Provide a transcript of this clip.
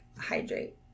hydrate